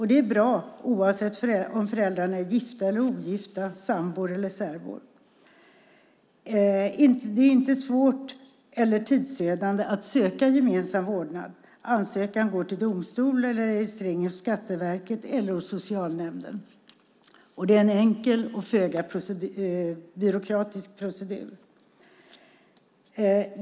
Det är bra oavsett om föräldrarna är gifta eller ogifta, sambor eller särbor. Det är inte svårt eller tidsödande att söka gemensam vårdnad. Ansökan går till domstol eller registrering hos Skatteverket eller socialnämnden. Det är en enkel och föga byråkratisk procedur.